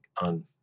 on